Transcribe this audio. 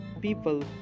people